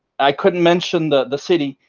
i couldn't mention the the city.